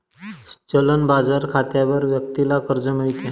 चलन बाजार खात्यावर व्यक्तीला कर्ज मिळते